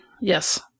Yes